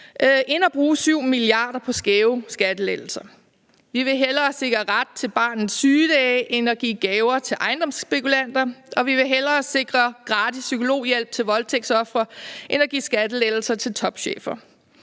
end at bruge 7 mia. kr. på skæve skattelettelser. Vi vil hellere sikre ret til barnets sygedage end at give gaver til ejendomsspekulanter, og vi vil hellere sikre gratis psykologhjælp til voldtægtsofre end at give skattelettelser til topchefer.